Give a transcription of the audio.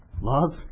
love